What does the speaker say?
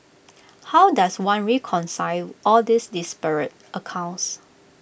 how does one reconcile all these disparate accounts